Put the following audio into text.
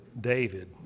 David